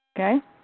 Okay